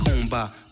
combat